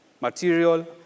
Material